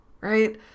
right